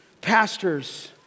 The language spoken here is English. pastors